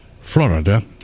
...Florida